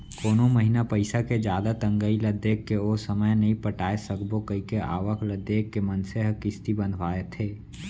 कोनो महिना पइसा के जादा तंगई ल देखके ओ समे नइ पटाय सकबो कइके आवक ल देख के मनसे ह किस्ती बंधवाथे